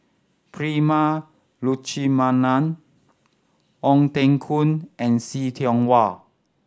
Prema Letchumanan Ong Teng Koon and See Tiong Wah